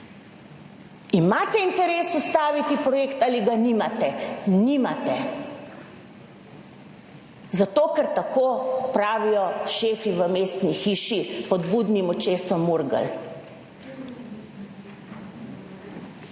Imate interes ustaviti projekt ali ga nimate, nimate zato, ker tako pravijo šefi v mestni hiši pod budnim očesom Murgel.